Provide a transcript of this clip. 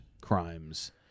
crimes